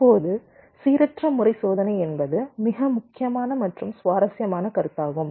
இப்போது சீரற்ற முறை சோதனை என்பது மிக முக்கியமான மற்றும் சுவாரஸ்யமான கருத்தாகும்